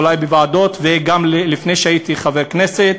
אולי בוועדות וגם לפני שהייתי חבר כנסת: